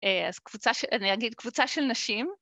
אז קבוצה, אני אגיד קבוצה של נשים.